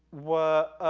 were,